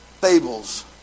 fables